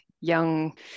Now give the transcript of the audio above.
young